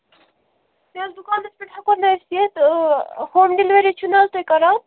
تہِ حظ دُکانَس پٮ۪ٹھ ہٮ۪کو نا أسۍ یِتھ آ ہوم ڈیلؤری چھِ نہٕ حظ تُہۍ کَران